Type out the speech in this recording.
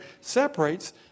separates